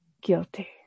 guilty